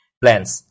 plans